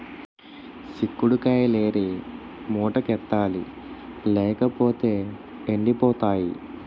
సిక్కుడు కాయిలేరి మూటకెత్తాలి లేపోతేయ్ ఎండిపోయి పోతాయి